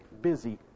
busy